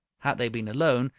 had they been alone,